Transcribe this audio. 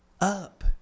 up